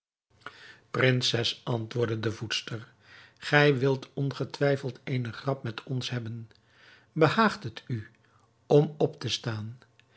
prinses antwoordde de voedster gij wilt ongetwijfeld eene grap met ons hebben behaagt het u om op te staan